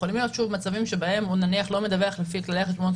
יכולים להיות מצבים שבהם הוא נניח לא מדווח לפפי כללי החשבונאות